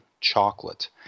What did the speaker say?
chocolate